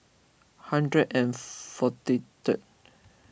hundred and forty third